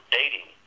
dating